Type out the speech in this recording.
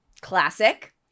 Classic